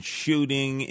shooting